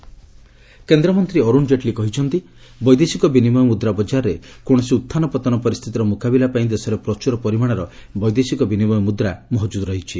Jaitley rupee କେନ୍ଦ୍ରମନ୍ତ୍ରୀ ଅରୁଣ ଜେଟ୍ଲୀ କହିଛନ୍ତି ବୈଦେଶିକ ବିନିମୟ ମୁଦ୍ରା ବଜାରରେ କୌଣସି ଉତ୍ଥାନ ପତନ ପରିସ୍ଥିତିର ମୁକାବିଲାପାଇଁ ଦେଶରେ ପ୍ରଚ୍ରର ପରିମାଣର ବୈଦେଶିକ ବିନିମୟ ମୁଦ୍ରା ମହକୁଦ୍ ରହିଛି